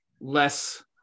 less